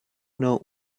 note